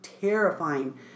terrifying